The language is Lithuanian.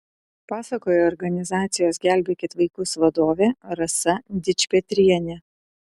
pasakoja organizacijos gelbėkit vaikus vadovė rasa dičpetrienė